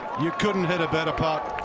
you couldn't hit a better putt.